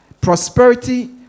Prosperity